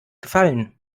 gefallen